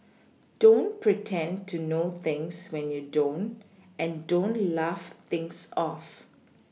don't pretend to know things when you don't and don't laugh things off